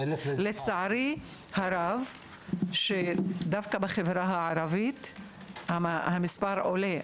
לצערי הרב, דווקא בחברה הערבית המספר עולה.